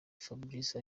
fabrice